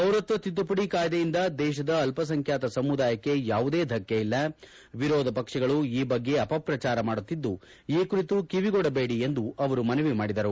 ಪೌರತ್ವ ತಿದ್ದುಪಡಿ ಕಾಯ್ದೆಯಿಂದ ದೇಶದ ಅಲ್ಲಸಂಖ್ಯಾತ ಸಮುದಾಯಕ್ಕೆ ಯಾವುದೇ ಧಕ್ಕೆ ಇಲ್ಲ ವಿರೋಧ ಪಕ್ಷಗಳು ಈ ಬಗ್ಗೆ ಅಪಪ್ರಚಾರ ಮಾಡುತ್ತಿದ್ದು ಈ ಕುರಿತು ಕಿವಿಗೊಡಬೇಡಿ ಎಂದು ಅವರು ಮನವಿ ಮಾಡಿದರು